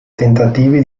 tentativi